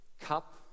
cup